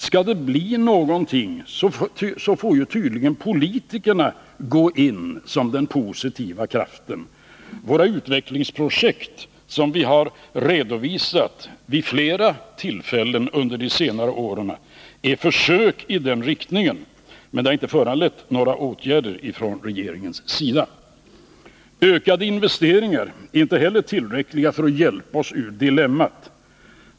Skall det bli någonting, så får tydligen politikerna gå in som den positiva kraften. Våra utvecklingsprojekt, som vi har redovisat vid flera tillfällen under de senare åren, är försök i den riktningen, men de har inte föranlett några åtgärder från regeringens sida. Ökade investeringar är inte heller tillräckliga för att hjälpa oss ur dilemmat.